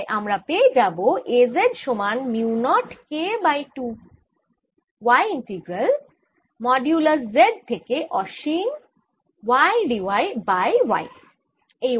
তাই আমরা পাবো A z সমান mu naught K by 2 y integral modulus Z থেকে অসীম y d y by y